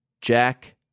Jack